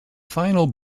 final